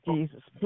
Jesus